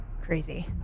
crazy